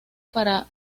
para